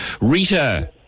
Rita